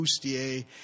bustier